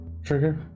Trigger